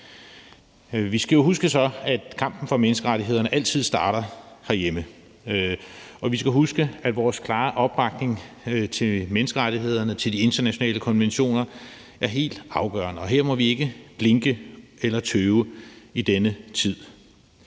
jo så huske, at kampen for menneskerettighederne altid starter herhjemme, og at vores klare opbakning til menneskerettighederne og til de internationale konventioner er helt afgørende, og vi må i denne tid ikke blinke eller tøve.